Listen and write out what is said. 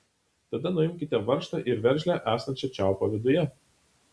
tada nuimkite varžtą ar veržlę esančią čiaupo viduje